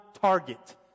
target